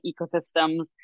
ecosystems